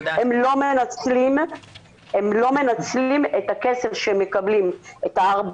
הם לא מנצלים את הכסף שהם מקבלים, את הארבע